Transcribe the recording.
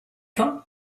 talk